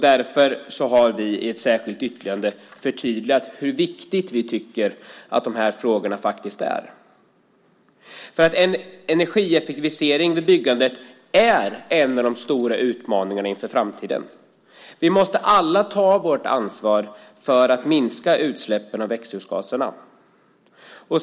Därför har vi i ett särskilt yttrande förtydligat hur viktiga vi tycker att dessa frågor är. Energieffektivisering vid byggande är en av de stora utmaningarna inför framtiden. Vi måste alla ta vårt ansvar för att minska utsläppen av växthusgaser.